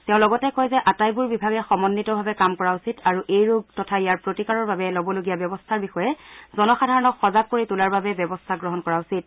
তেওঁ লগতে কয় যে আটাইবোৰ বিভাগে সমন্বিতভাৱে কাম কৰা উচিত আৰু এই ৰোগ তথা ইয়াৰ প্ৰতিকাৰৰ বাবে ল'বলগীয়া ব্যৱস্থাৰ বিষয়ে জনসাধাৰণক সজাগ কৰি তোলাৰ বাবে ব্যৱস্থা গ্ৰহণ কৰা উচিত